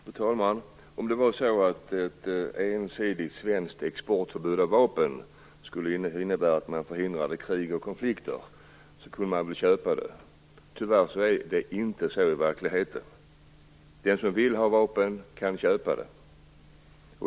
Fru talman! Om ett ensidigt svenskt förbud mot export av vapen skulle innebära att man förhindrade krig och konflikter kunde man väl acceptera det. Tyvärr är det inte så. Den som vill ha vapen kan köpa det.